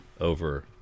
over